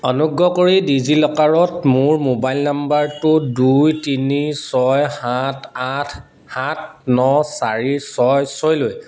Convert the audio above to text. অনুগ্ৰহ কৰি ডিজিলকাৰত মোৰ মোবাইল নম্বৰটো দুই তিনি ছয় সাত আঠ সাত ন চাৰি ছয় ছয়লৈ